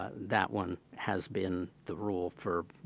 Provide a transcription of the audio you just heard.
that one has been the rule for,